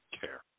care